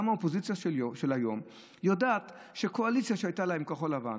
גם האופוזיציה של היום יודעת שהקואליציה שהייתה לה עם כחול לבן,